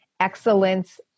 excellence